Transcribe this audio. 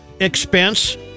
expense